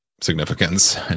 significance